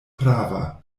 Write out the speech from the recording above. prava